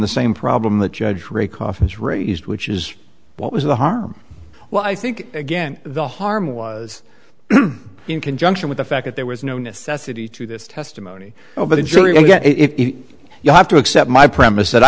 the same problem the judge ray coffins raised which is what was the harm well i think again the harm was in conjunction with the fact that there was no necessity to this testimony over the jury if you have to accept my premise that i